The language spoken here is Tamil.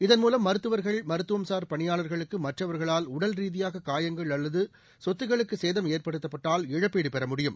இதன் மூலம் மருத்துவர்கள் மருத்துவம்சார் பணியாளர்களுக்கு மற்றவர்களால் உடல் ரீதியாக காயங்கள் அல்லது சொத்துகளுக்கு சேதம் ஏற்படுத்தப்பட்டால் இழப்பீடு பெற முடியும்